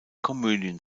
komödien